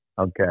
Okay